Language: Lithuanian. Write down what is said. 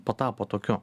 patapo tokiu